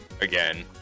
again